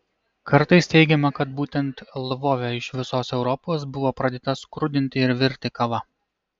kartais teigiama kad būtent lvove iš visos europos buvo pradėta skrudinti ir virti kava